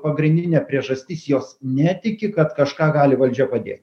pagrindinė priežastis jos netiki kad kažką gali valdžia padėt